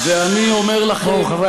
רבותי,